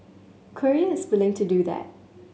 Korea is willing to do that